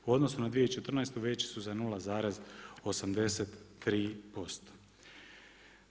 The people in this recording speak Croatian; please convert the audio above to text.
U odnosu na 2014. veći su za 0,83%